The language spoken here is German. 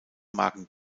magen